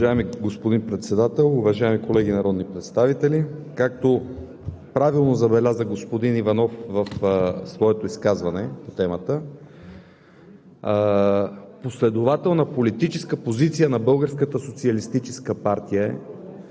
уважаеми колеги народни представители! Както правилно забеляза господин Иванов в своето изказване по темата, последователна политическа позиция на